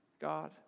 God